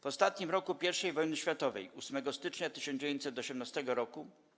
W ostatnim roku pierwszej wojny światowej, 8 stycznia 1918 r.